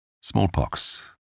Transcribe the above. Smallpox